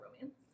romance